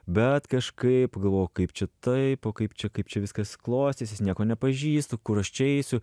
bet kažkaip pagalvojau kaip čia taip o kaip čia kaip čia viskas klostysis nieko nepažįstu kur aš čia eisiu